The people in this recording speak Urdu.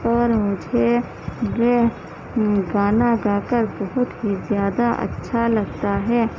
اور مجھے یہ گانا گا کر بہت ہی زیادہ اچھا لگتا ہے